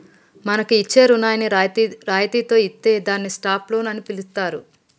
మనకు ఇచ్చే రుణాన్ని రాయితితో ఇత్తే దాన్ని స్టాప్ లోన్ అని పిలుత్తారు